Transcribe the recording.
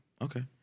okay